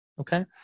okay